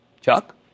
Chuck